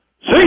See